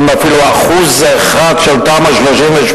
האם אפילו 1% של תמ"א 38,